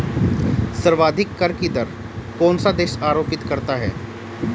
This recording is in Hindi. सर्वाधिक कर की दर कौन सा देश आरोपित करता है?